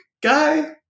guy